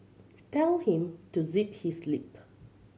tell him to zip his lip